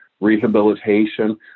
rehabilitation